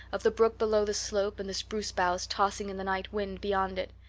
of the brook below the slope and the spruce boughs tossing in the night wind beyond it,